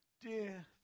Dear